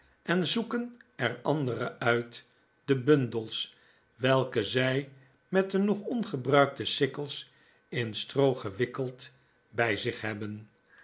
en zoeken er andere uit de bundels welke zij met de nog ongebruikte sikkels in stroo gewikkeld bij zich hebben